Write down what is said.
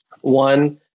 One